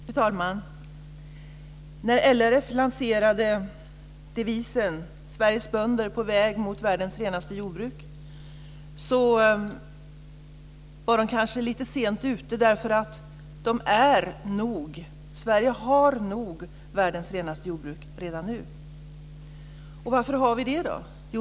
Fru talman! När LRF lanserade devisen Sveriges bönder på väg mot världens renaste jordbruk var man kanske lite sent ute, eftersom Sverige nog har världens renaste jordbruk redan nu. Varför har vi det?